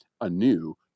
anew